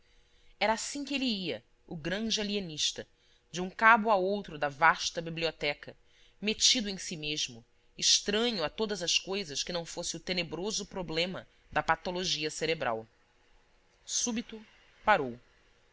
era assim que ele ia o grande alienista de um cabo a outro da vasta biblioteca metido em si mesmo estranho a todas as coisas que não fosse o tenebroso problema da patologia cerebral súbito parou